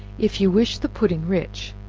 if you wish the pudding rich,